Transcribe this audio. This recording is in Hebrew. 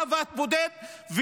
בחוות בודדים,